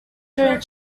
during